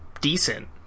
decent